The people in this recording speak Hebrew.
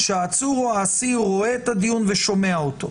שהעצור או האסיר רואה את הדיון ושומע אותו.